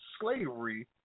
slavery